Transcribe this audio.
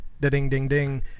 da-ding-ding-ding